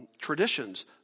traditions